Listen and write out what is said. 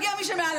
יגיע מי שמעליו,